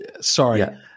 sorry